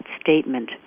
statement